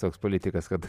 toks politikas kad